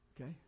Okay